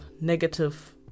negative